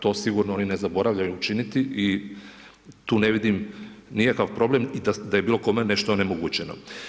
To sigurno oni ne zaboravljaju učiniti i tu ne vidim nikakav problem i da je bilo kome nešto onemogućeno.